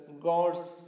God's